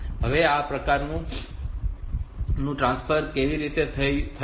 હવે આ પ્રકારનું ટ્રાન્સફર કેવી રીતે થઈ શકે